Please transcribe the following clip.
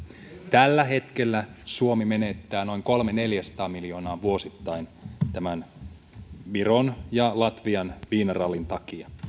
tällä hetkellä suomi menettää noin kolmesataa viiva neljäsataa miljoonaa vuosittain viron ja latvian viinarallin takia